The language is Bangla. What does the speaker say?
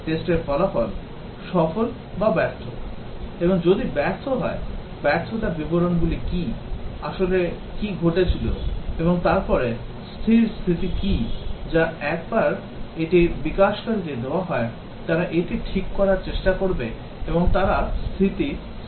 Test র ফলাফল সফল বা ব্যর্থ এবং যদি ব্যর্থ হয় ব্যর্থতার বিবরণগুলি কী আসলে কী ঘটেছিল এবং তারপরে স্থির স্থিতি কী যা একবার এটি বিকাশকারীকে দেওয়া হয় তারা এটি ঠিক করার চেষ্টা করবে এবং তারা স্থিতি স্থির করবে